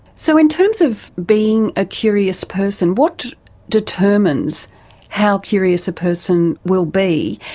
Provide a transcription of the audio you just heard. so in terms of being a curious person, what determines how curious a person will be,